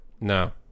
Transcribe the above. No